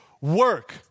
work